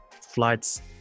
flights